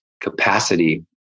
capacity